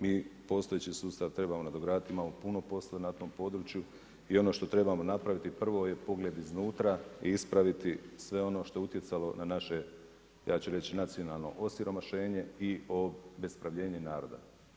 Mi postojeći sustav trebamo nadograditi, imamo puno posla na tom području i ono što trebamo napraviti prvo je pogled iznutra i ispraviti sve ono što je utjecalo na naše ja ću reći nacionalno osiromašenje i obespravljenje naroda.